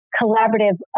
collaborative